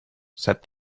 said